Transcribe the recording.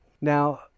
Now